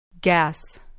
gas